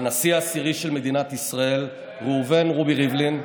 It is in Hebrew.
לנשיא העשירי של מדינת ישראל ראובן רובי ריבלין,